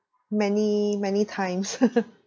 many many times